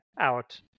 out